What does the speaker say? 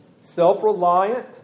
self-reliant